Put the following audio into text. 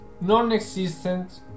non-existent